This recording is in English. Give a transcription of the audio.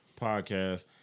podcast